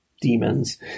demons